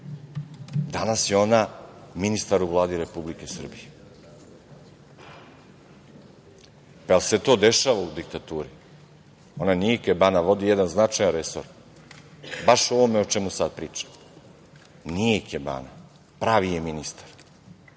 Danas je ona ministar u Vladi Republike Srbije. Da li se to dešava u diktaturi? Ona nije ikebana, vodi jedan značajan resor, baš o ovome o čemu sada pričamo. Nije ikebana. Pravi je ministar.